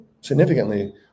Significantly